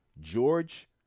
George